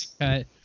cut